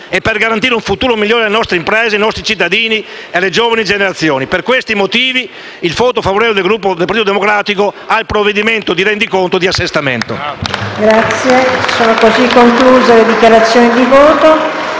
e per garantire un futuro migliore alle nostre imprese, ai nostri cittadini e alle giovani generazioni. Per questi motivi, dichiaro il voto favorevole del Gruppo del Partito Democratico ai provvedimenti di rendiconto e di assestamento.